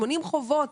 80 חובות